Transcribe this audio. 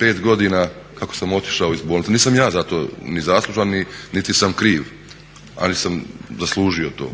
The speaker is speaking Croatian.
5 godina kako sam otišao iz bolnice, nisam ja za to ni zaslužan niti sam kriv, ali sam zaslužio to.